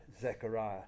Zechariah